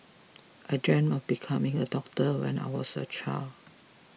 I dreamed of becoming a doctor when I was a child